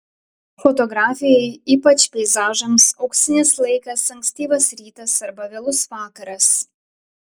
fotografijai ypač peizažams auksinis laikas ankstyvas rytas arba vėlus vakaras